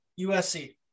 USC